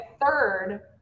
third